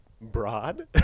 broad